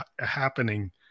happening